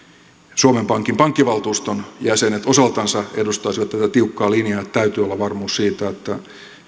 suomen pankin pankkivaltuuston jäsenet osaltansa edustaisivat tätä tiukkaa linjaa että täytyy olla varmuus siitä että